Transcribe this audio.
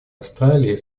австралии